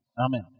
amen